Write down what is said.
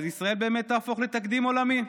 אז ישראל באמת תהפוך לתקדים עולמי,